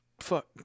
fuck